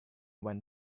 when